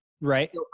right